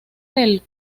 del